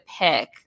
pick